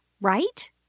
right